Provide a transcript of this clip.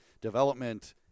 development